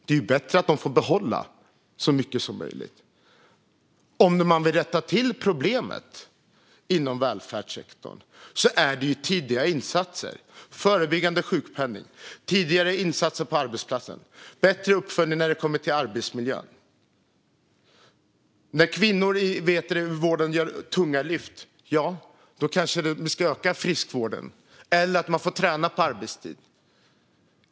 Det är bättre att de får behålla så mycket som möjligt. Om man vill rätta till problemet inom välfärdssektorn handlar det om tidiga insatser: förebyggande sjukpenning, tidigare insatser på arbetsplatsen och bättre uppföljning när det kommer till arbetsmiljön. När kvinnor i vården gör tunga lyft, ja, då kanske vi ska öka friskvården för dem eller se till att de får träna på arbetstid.